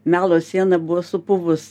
melo siena buvo supuvus